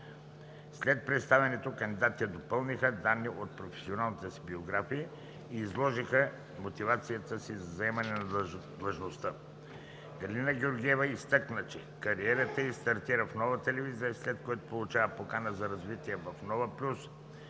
След представянето кандидатите допълниха данни от професионалната си биография и изложиха мотивацията си за заемане на длъжността. Галина Георгиева изтъкна, че кариерата ѝ стартира в Нова телевизия, след което получава покана за развитие в Нова Плюс,